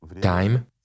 time